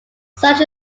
such